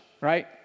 right